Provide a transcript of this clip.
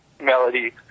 melody